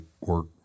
work